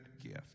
gift